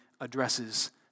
addresses